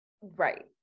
right